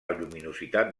lluminositat